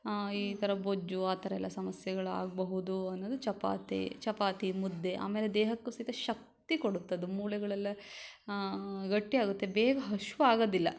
ಈ ಥರ ಬೊಜ್ಜು ಆ ಥರ ಎಲ್ಲ ಸಮಸ್ಯೆಗಳಾಗಬಹುದು ಅನ್ನೋದು ಚಪಾತಿ ಚಪಾತಿ ಮುದ್ದೆ ಆಮೇಲೆ ದೇಹಕ್ಕೂ ಸಹಿತ ಶಕ್ತಿ ಕೊಡುತ್ತದು ಮೂಳೆಗಳೆಲ್ಲ ಗಟ್ಟಿ ಆಗುತ್ತೆ ಬೇಗ ಹಸ್ವ್ ಆಗೋದಿಲ್ಲ